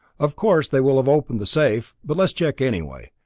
of course they will have opened the safe but let's check anyway.